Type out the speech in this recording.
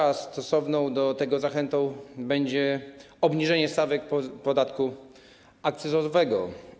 A stosowną do tego zachętą będzie obniżenie stawek podatku akcyzowego.